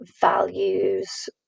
values